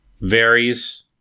varies